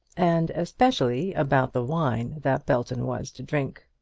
and especially about the wine that belton was to drink.